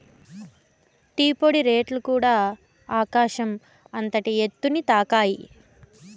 tea పొడి రేట్లుకూడ ఆకాశం అంతటి ఎత్తుని తాకాయి